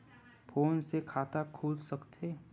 Phone से खाता खुल सकथे?